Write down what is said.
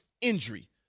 injury